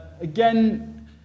Again